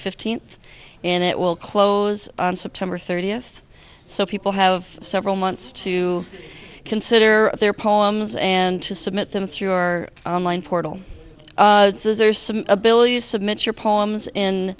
fifteenth and it will close on september thirtieth so people have several months to consider their poems and to submit them through our online portal is there some ability to submit your poems in